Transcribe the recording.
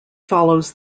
follows